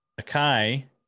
Akai